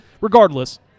regardless